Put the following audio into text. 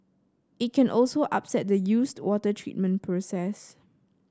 it can also upset the used water treatment process